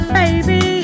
baby